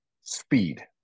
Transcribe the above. speed